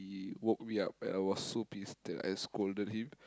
he woke me up and I was so pissed that I scolded him